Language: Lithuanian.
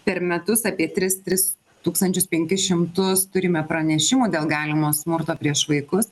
per metus apie tris tris tūkstančius penkis šimtus turime pranešimų dėl galimo smurto prieš vaikus